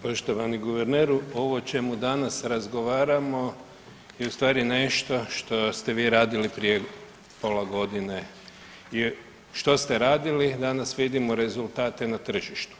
Poštovani guverneru ovo o čemu danas razgovaramo je u stvari nešto što ste vi radili prije pola godine, je što ste radili danas vidimo rezultate na tržištu.